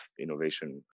innovation